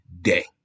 day